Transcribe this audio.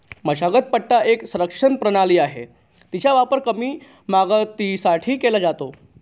मशागत पट्टा एक संरक्षण प्रणाली आहे, तिचा वापर कमी मशागतीसाठी केला जातो